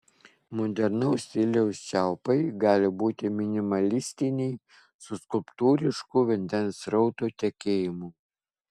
modernaus stiliaus čiaupai gali būti minimalistiniai su skulptūrišku vandens srauto tekėjimu